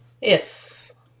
Yes